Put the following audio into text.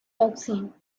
boxing